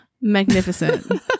Magnificent